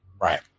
Right